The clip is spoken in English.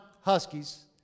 Huskies